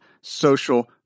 social